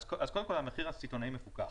קודם כל, המחיר הסיטונאי מפוקח.